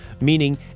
meaning